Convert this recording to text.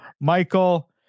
Michael